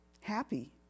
happy